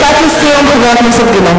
משפט לסיום, חבר הכנסת גילאון.